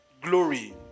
glory